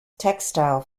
textile